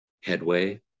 headway